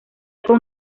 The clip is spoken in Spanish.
con